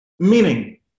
Meaning